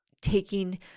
taking